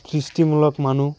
দৃষ্টিমূলক মানুহ